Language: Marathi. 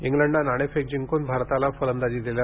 इंग्लंडनं नाणेफेक जिंकून भारताला फलंदाजी दिली